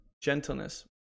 Gentleness